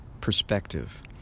perspective